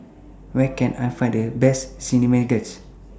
Where Can I Find The Best Chimichangas